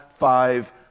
five